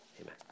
amen